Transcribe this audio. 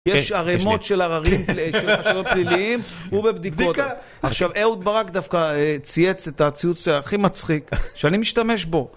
יש ערימות של הררים של חשדות פליליים, הוא בבדיקות. עכשיו, אהוד ברק דווקא צייץ את הציוץ הכי מצחיק, שאני משתמש בו.